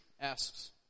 asks